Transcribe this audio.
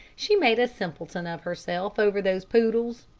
she made a simpleton of herself over those poodles.